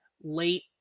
late